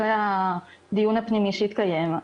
אחרי הדיון הפנימי שיתקיים,